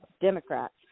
Democrats